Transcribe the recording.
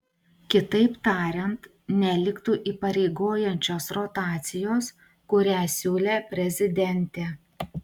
kitaip tariant neliktų įpareigojančios rotacijos kurią siūlė prezidentė